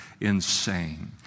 insane